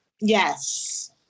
yes